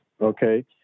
okay